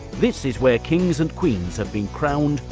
this is where kings and queens have been crowned,